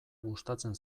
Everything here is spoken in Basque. gustatzen